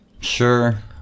Sure